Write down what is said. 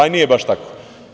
I nije baš tako.